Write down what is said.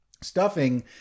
stuffing